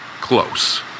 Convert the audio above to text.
close